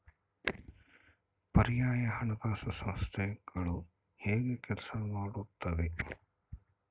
ಪರ್ಯಾಯ ಹಣಕಾಸು ಸಂಸ್ಥೆಗಳು ಹೇಗೆ ಕೆಲಸ ಮಾಡುತ್ತವೆ?